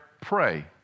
pray